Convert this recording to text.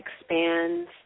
expands